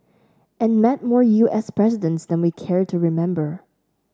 and met more U S presidents than we care to remember